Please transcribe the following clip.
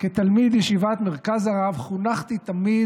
כתלמיד ישיבת מרכז הרב חונכתי תמיד